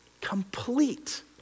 complete